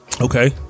Okay